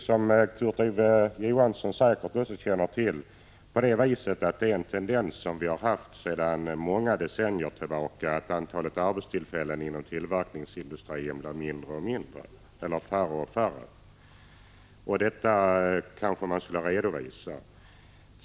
Som Kurt Ove Johansson säkert känner till är det en tendens som vi har haft sedan många decennier tillbaka — att antalet arbetstillfällen inom tillverkningsindustrin blir mindre och mindre. Detta skulle man kanske redovisa.